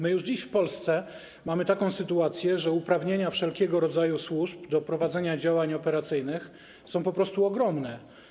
My już dziś w Polsce mamy taką sytuację, że uprawnienia wszelkiego rodzaju służb do prowadzenia działań operacyjnych są po prostu ogromne.